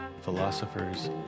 philosophers